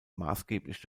maßgeblich